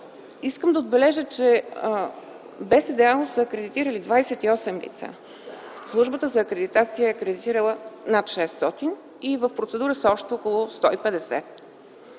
Искам да отбележа, че БСДАУ е акредитирал 28 лица. Службата за акредитация е акредитирала над 600 и в процедура са още около 150.